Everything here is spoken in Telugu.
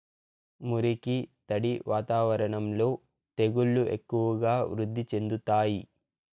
మురికి, తడి వాతావరణంలో తెగుళ్లు ఎక్కువగా వృద్ధి చెందుతాయి